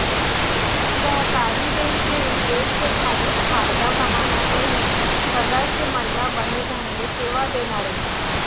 सहकारी बेंक के उद्देश्य खाली फायदा कमाना नइये, सदस्य मन ल बने ढंग ले सेवा देना रइथे